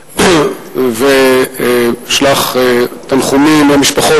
חברים, סליחה,